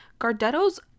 Gardetto's